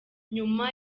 nyuma